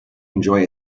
enjoy